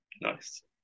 nice